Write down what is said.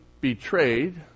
betrayed